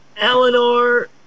Eleanor